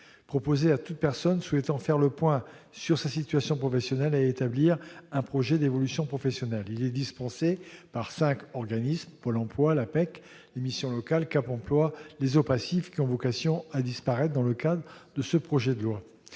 proposé à toute personne souhaitant faire le point sur sa situation professionnelle et établir un projet d'évolution professionnelle. Il est dispensé par cinq organismes : Pôle emploi, l'APEC, les missions locales, Cap emploi et les OPACIF, qui ont vocation à disparaître dans le cadre de ce projet de loi.